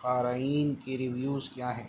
قارئین کی ریویوز کیا ہیں